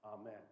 Amen